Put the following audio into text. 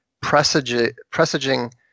presaging